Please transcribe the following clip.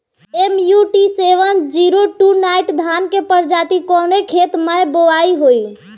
MUT seven zero two nine धान के प्रजाति कवने खेत मै बोआई होई?